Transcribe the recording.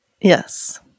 Yes